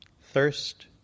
Thirst